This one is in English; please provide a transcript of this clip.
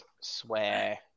swear